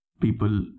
people